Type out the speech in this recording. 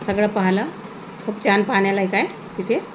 सगळं पाहिलं खूप छान पाहण्यालायक आहे तिथे